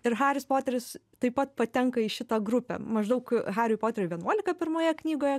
ir haris poteris taip pat patenka į šitą grupę maždaug hariui poteriui vienuolika pirmoje knygoje